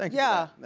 like yeah.